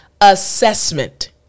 assessment